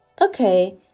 Okay